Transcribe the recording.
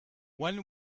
when